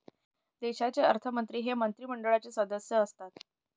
देशाचे अर्थमंत्री हे मंत्रिमंडळाचे सदस्य असतात